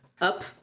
up